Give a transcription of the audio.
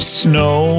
snow